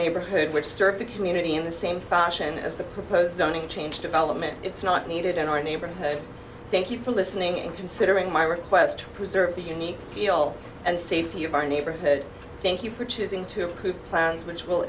neighborhood which serve the community in the same fashion as the proposed zoning change development it's not needed in our neighborhood thank you for listening and considering my request to preserve the unique and safety of our neighborhood thank you for choosing to approve plans which will